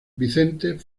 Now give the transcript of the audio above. vicente